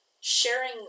sharing